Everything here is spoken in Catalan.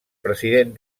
president